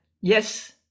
yes